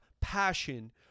passion